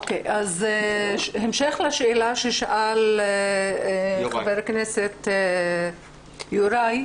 אוקיי, אז המשך לשאלה ששאל חבר הכנסת יוראי,